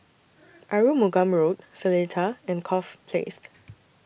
Arumugam Road Seletar and Corfe Place